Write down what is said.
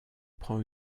prend